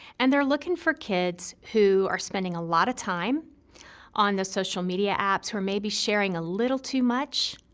and they're looking for kids who are spending a lot of time on the social media apps who are maybe sharing a little too much,